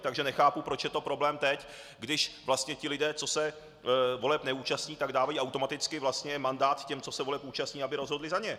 Takže nechápu, proč je to problém teď, když vlastně ti lidé, co se voleb neúčastní, dávají automaticky mandát těm, co se voleb účastní, aby rozhodli za ně.